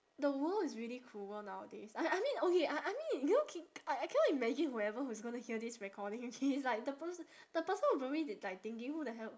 the world is really cruel nowadays I I mean okay I I mean you know I I cannot imagine whoever who's gonna hear this recording okay like the person the person will probably be like thinking who the hell